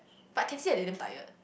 but I can see they didn't tired